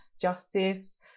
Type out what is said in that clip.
justice